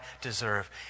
deserve